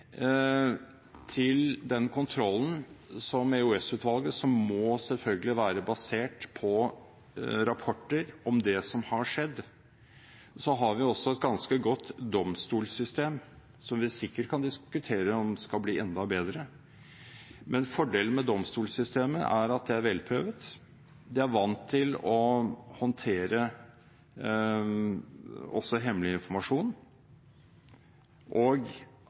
til den kontrollen som EOS-utvalget utfører – som selvfølgelig må være basert på rapporter om det som har skjedd – har vi også et ganske godt domstolsystem, som vi sikkert kan diskutere om skal bli enda bedre. Men fordelen med domstolsystemet, er at det er velprøvd, at det er vant til å håndtere også hemmelig informasjon, og